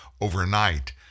overnight